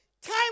time